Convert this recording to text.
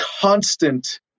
constant